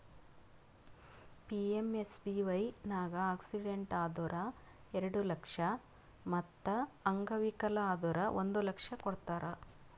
PMSBY ನಾಗ್ accident ಆದುರ್ ಎರಡು ಲಕ್ಷ ಮತ್ ಅಂಗವಿಕಲ ಆದುರ್ ಒಂದ್ ಲಕ್ಷ ಕೊಡ್ತಾರ್